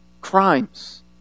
Crimes